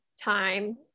time